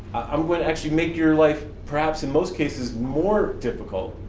i'm gonna actually make your life, perhaps in most cases, more difficult.